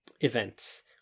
events